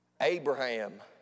Abraham